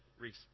Reese